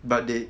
but they